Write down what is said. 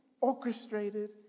orchestrated